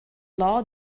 law